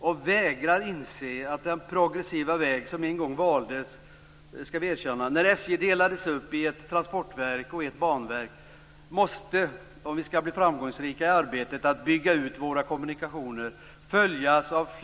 Man vägrar inse att den progressiva väg som valdes - det skall vi erkänna - när SJ en gång delades upp i ett transportverk och ett banverk måste följas av fler steg i samma riktning om vi skall bli framgångsrika i arbetet med att bygga ut våra kommunikationer.